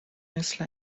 مثل